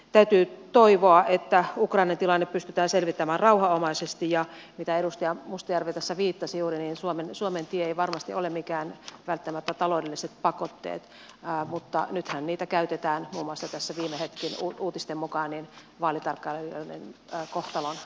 täytyy toivoa että ukrainan tilanne pystytään selvittämään rauhanomaisesti ja mihin edustaja mustajärvi tässä viittasi juuri suomen tie ei varmasti ole mitkään taloudelliset pakotteet mutta nythän niitä käytetään muun muassa tässä viime hetkien uutisten mukaan vaalitarkkailijoiden kohtalon merkkinä